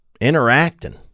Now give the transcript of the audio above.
Interacting